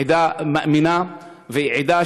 עדה מאמינה ועדה